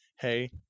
hey